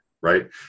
right